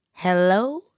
Hello